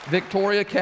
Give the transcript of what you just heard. Victoria